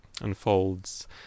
unfolds